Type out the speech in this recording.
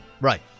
Right